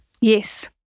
Yes